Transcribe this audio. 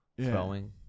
throwing